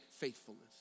faithfulness